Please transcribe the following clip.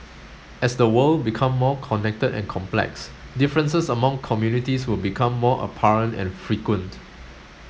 as the world become more connected and complex differences among communities will become more apparent and frequent